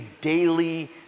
daily